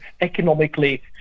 economically